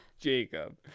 Jacob